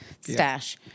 stash